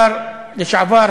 השר לשעבר,